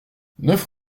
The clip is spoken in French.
neuf